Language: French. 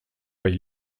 paie